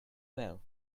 well